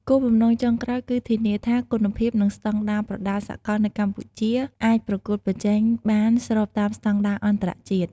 គោលបំណងចុងក្រោយគឺធានាថាគុណភាព និងស្តង់ដារប្រដាល់សកលនៅកម្ពុជាអាចប្រកួតប្រជែងបានស្របតាមស្តង់ដារអន្តរជាតិ។